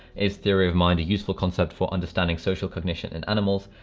is theory of mind a useful concept for understanding social cognition and animals?